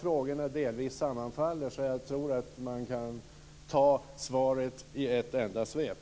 Frågorna sammanfaller delvis, och jag tror att svaret därför kan ges i ett enda svep.